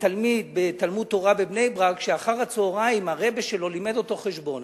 תלמיד בתלמוד-תורה בבני-ברק שאחר הצהריים הרעבע שלו לימד אותו חשבון,